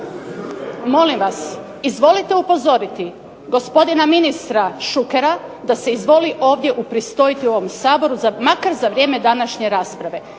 molim vas, izvolite upozoriti gospodina ministra Šukera da se izvoli ovdje upristojiti u ovom Saboru makar za vrijeme današnje rasprave.